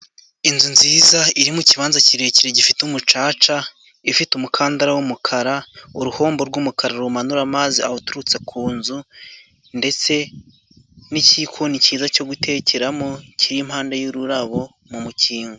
Inzu nziza iri mu kibanza kirekire gifite umucaca. Ifite umukandara w'umukara, uruhombo rw'umukara rumanura amazi Aho uturutse ku nzu, ndetse n'ikikoni cyiza cyo gutekeramo, kiri impande y'ururabo mu mukingo.